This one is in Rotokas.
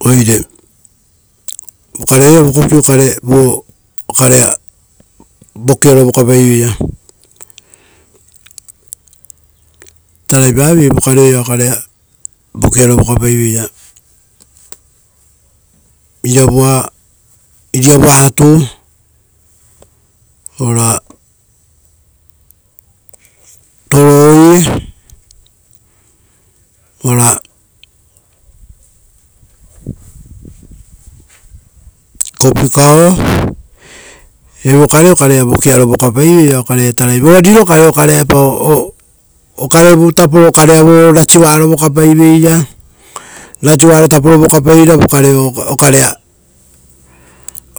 Oire, vokareo iva kokio kare vo okarea vokiaro vokapai vera. Tarai paviei vokareo ia okarea vokiaro vokapai veira. Ira vua iriavua atuu, ora toroii, ora kopikao, evo kare okarea vokiare vokapai veira okare ia tarai paviei. Vokare riro kare epao, okare rovu taporo okarea vo rasiuro voka pai veira. Rasiuaro taporo voka paiveira vokareo okarea